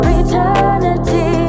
eternity